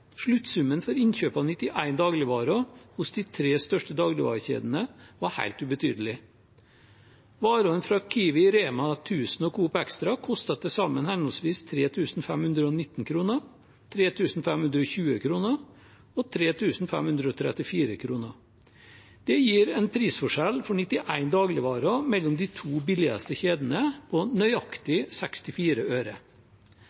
sluttsummen for innkjøp av 91 dagligvarer hos de tre største dagligvarekjedene var helt ubetydelig. Varene fra Kiwi, REMA 1000 og Coop Extra kostet til sammen henholdsvis 3 519 kr, 3 520 kr og 3 534 kr. Det gir en prisforskjell for 91 dagligvarer mellom de to billigste kjedene på